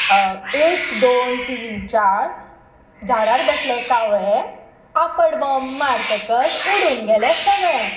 एक दोन तीन चार झाडार बसले कावळे आपड बॉम्ब मारतकच उडून गेले सगळे